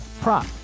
prop